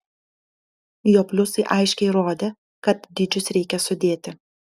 jo pliusai aiškiai rodė kad dydžius reikia sudėti